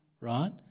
right